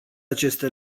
aceste